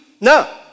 No